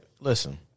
Listen